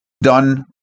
done